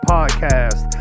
Podcast